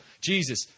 Jesus